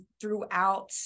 throughout